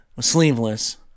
sleeveless